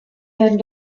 werden